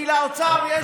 כי לאוצר יש תוכנית,